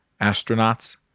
astronauts